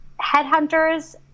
headhunters